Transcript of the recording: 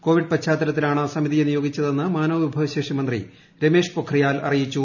Covid പശ്ചാത്തലത്തിലാണ് സമിതിയെ നിയോഗിച്ചതെന്ന് മാനവ വിഭവശേഷി മന്ത്രി രമേഷ് പൊക്രിയാൽ അറിയിച്ചു